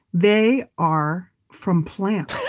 they are from plants,